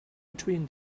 between